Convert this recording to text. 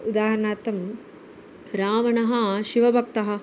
उदाहरणार्थं रावणः शिवभक्तः